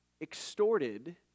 extorted